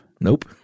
Nope